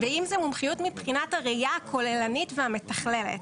ואם זו מומחיות מבחינת הראייה הכוללנית והמתכללת.